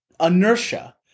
inertia